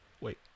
Wait